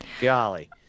golly